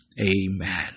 Amen